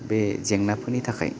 बे जेंनाफोरनि थाखाय